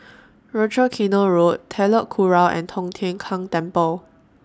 Rochor Canal Road Telok Kurau and Tong Tien Kung Temple